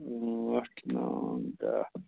ٲٹھ نو دَہ